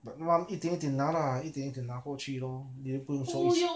but 拿一点点拿 lah 一点点拿过去 lor 你又不是说一次